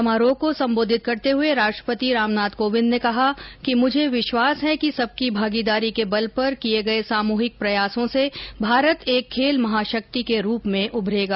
समारोह को संबोधित करते हुए राष्ट्रपति रामनाथ कोविंद ने कहा कि मुझे विश्वास है कि सबकी भागीदारी के बल पर किए गए सामूहिक प्रयासों से भारत एक खेल महाशक्ति के रूप में उभरेगा